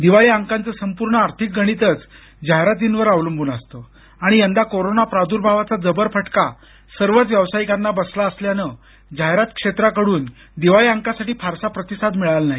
दिवाळी अंकाचं संपूर्ण आर्थिक गणित जाहिरातींवरच अवलंबून असतं आणि यंदा कोरोना प्रादुर्भावाचा जबर फटका सर्वच व्यावसायिकांना बसला असल्यानं जाहिरात क्षेत्राकडून दिवाळी अंकांसाठी फारसा प्रतिसाद मिळाला नाही